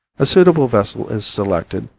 a suitable vessel is selected,